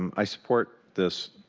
i support this,